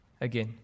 Again